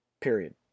period